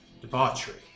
debauchery